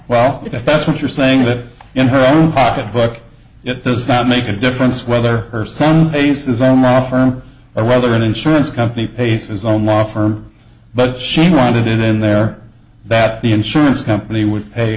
well if that's what you're saying that in her own pocketbook it does not make a difference whether her son base is omar firm or whether an insurance company pays his own law firm but she wanted in there that the insurance company would pay